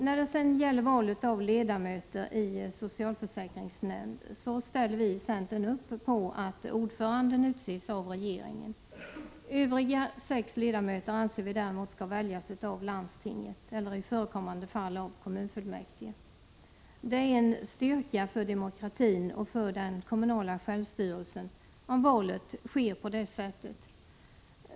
När det sedan gäller val av ledamöter i socialförsäkringsnämnd ställer vi i centern upp på att ordföranden utses av regeringen. Övriga sex ledamöter anser vi däremot skall väljas av landstinget eller i förekommande fall av kommunfullmäktige. Det är en styrka för demokratin och för den kommunala självstyrelsen om valet sker på det sättet.